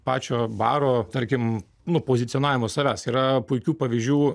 pačio baro tarkim nu pozicionavimo savęs yra puikių pavyzdžių